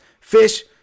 Fish